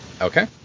okay